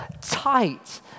tight